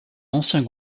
ancien